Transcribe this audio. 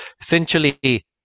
essentially